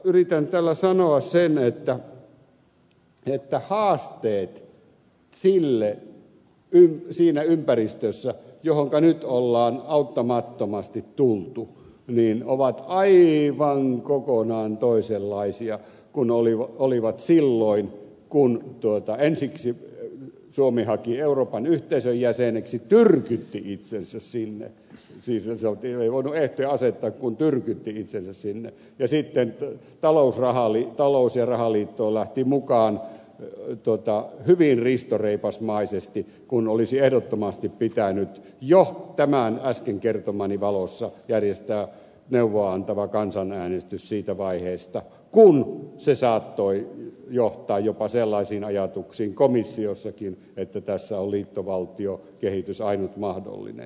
yritän tällä sanoa sen että haasteet siinä ympäristössä johonka nyt ollaan auttamattomasti tultu ovat aivan kokonaan toisenlaisia kuin olivat silloin kun ensiksi suomi haki euroopan unionin jäseneksi tyrkytti itsensä sinne siis ei voinut ehtoja asettaa kun tyrkytti itsensä sinne ja sitten talous ja rahaliittoon lähti mukaan hyvin ristoreipasmaisesti kun olisi ehdottomasti pitänyt jo tämän äsken kertomani valossa järjestää neuvoa antava kansanäänestys siitä vaiheesta kun se saattoi johtaa jopa sellaisiin ajatuksiin komissiossakin että tässä on liittovaltiokehitys ainut mahdollinen